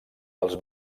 dels